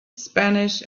spanish